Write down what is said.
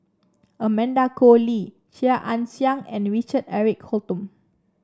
Amanda Koe Lee Chia Ann Siang and Richard Eric Holttum